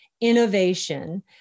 innovation